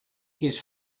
his